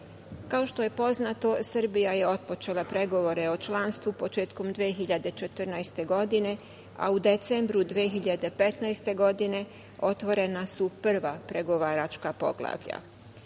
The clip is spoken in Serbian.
to. Kao što je poznato, Srbija je otpočela pregovore o članstvu početkom 2014. godine, a u decembru 2015. godine otvorena su prva pregovaračka poglavlja.